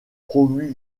promu